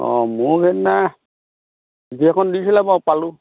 অঁ মোক সেইদিনা চিঠি এখন দিছিলে বাৰু পালোঁ